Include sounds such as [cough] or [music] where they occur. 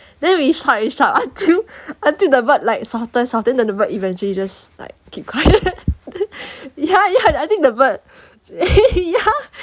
then we shout we shout until [laughs] until the bird like shout shout then the bird eventually just like keep quiet [laughs] ya ya I think the bird [laughs] ya